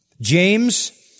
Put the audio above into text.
James